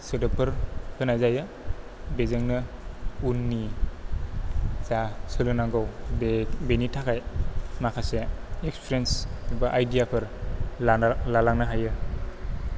सोदोबफोर होनाय जायो बेजोंनो उननि जा सोलोंनांगौ बे बेनि थाखाय माखासे एक्सपिरियेन्स बा आइदियाफोर लानो लालांनो हायो